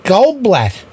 Goldblatt